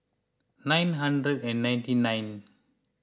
nine hundred and ninety nine